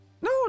No